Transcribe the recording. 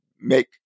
make